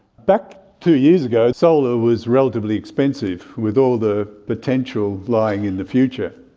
back two years ago solar was relatively expensive, with all the potential lying in the future.